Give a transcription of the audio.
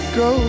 go